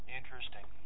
Interesting